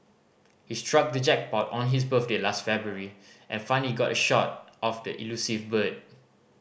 he struck the jackpot on his birthday last February and finally got a shot of the elusive bird